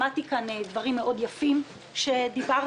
שמעתי כאן דברים יפים מאוד שדיברת,